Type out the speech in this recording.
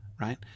Right